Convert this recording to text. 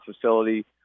facility